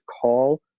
call